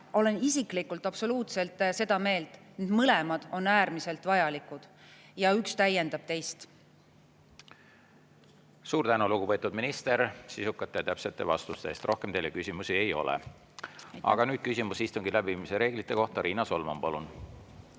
olen isiklikult absoluutselt seda meelt, et need mõlemad on äärmiselt vajalikud. Üks täiendab teist. Suur tänu, lugupeetud minister, sisukate ja täpsete vastuste eest! Rohkem teile küsimusi ei ole. Nüüd küsimus istungi läbiviimise reeglite kohta, Riina Solman, palun!